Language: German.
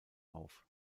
auf